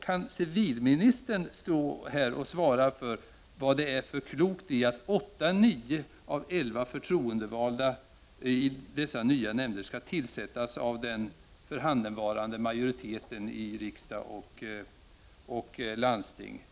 Kan civilministern här svara på vad det finns för klokt i att åtta-nio förtroendevalda i dessa nya nämnder skall tillsättas av den förhandenvarande majoriteten i riksdag och landsting?